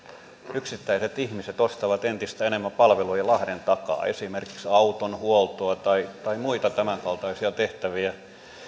yksittäiset suomalaiset ihmiset ostavat entistä enemmän palveluja lahden takaa esimerkiksi auton huoltoa tai tai muita tämänkaltaisia tehtäviä